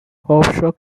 offshore